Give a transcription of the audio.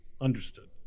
understood